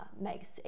makes